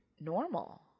normal